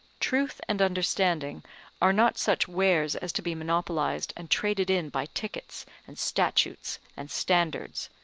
truth and understanding are not such wares as to be monopolized and traded in by tickets and statutes and standards.